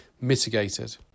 mitigated